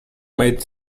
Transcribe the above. made